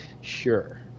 Sure